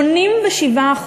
87%,